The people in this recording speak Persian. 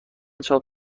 چاپ